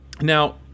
now